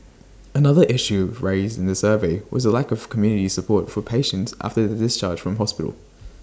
another issue raised in the survey was the lack of community support for patients after their discharge from hospital